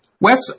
Wes